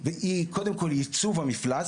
היא קודם כל ייצוב המפלס,